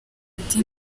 ati